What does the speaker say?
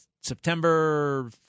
September